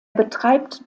betreibt